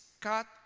cut